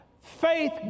faith